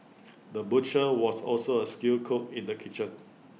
the butcher was also A skilled cook in the kitchen